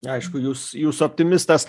aišku jūs jūs optimistas